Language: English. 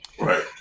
Right